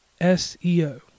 seo